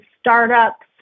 startups